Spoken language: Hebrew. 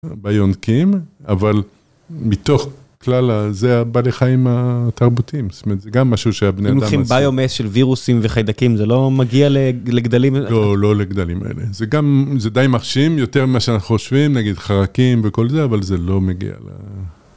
ביונקים, אבל מתוך כלל זה בעל החיים התרבותיים, זאת אומרת, זה גם משהו שהבני אדם עשו... אם לוקחים ביומס של וירוסים וחיידקים, זה לא מגיע לגדלים כאלה? לא, לא לגדלים האלה. זה גם, זה די מרשים יותר ממה שאנחנו חושבים, נגיד חרקים וכל זה, אבל זה לא מגיע ל...